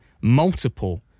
multiple